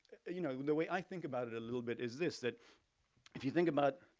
you know, the way i think about it a little bit is this, that if you think about,